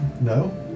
No